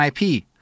ip